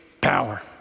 power